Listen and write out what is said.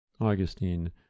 augustine